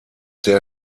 der